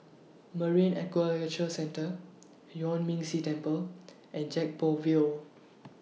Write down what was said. Marine Aquaculture Centre Yuan Ming Si Temple and Gek Poh Ville